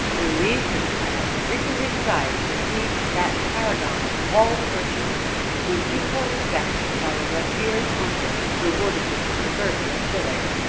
believe me, i have frequently desired to see that paragon of all the virtues whose dutiful respect our revered uncle rewarded with the proverbial shilling.